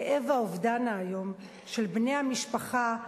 כאב האובדן האיום של בני המשפחה,